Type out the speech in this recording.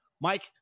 Mike